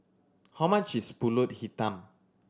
how much is Pulut Hitam